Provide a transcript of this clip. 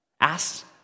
Ask